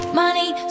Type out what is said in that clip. money